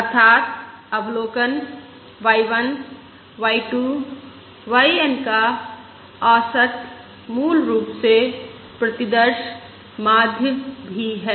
अर्थात अवलोकन y1 y2 yN का औसत मूल रूप से प्रतिदर्श माध्य भी है